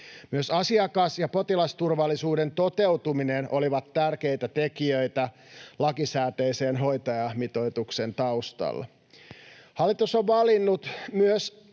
Myös asiakas- ja potilasturvallisuuden toteutuminen olivat tärkeitä tekijöitä lakisääteisen hoitajamitoituksen taustalla. Hallitus on valinnut myös